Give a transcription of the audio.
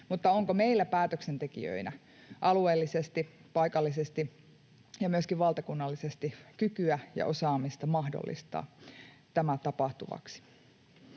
Mutta onko meillä päätöksentekijöinä alueellisesti, paikallisesti ja myöskin valtakunnallisesti kykyä ja osaamista mahdollistaa tämä tapahtuvaksi?